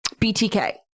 BTK